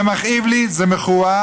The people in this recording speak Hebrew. זה מכאיב לי, זה מכוער.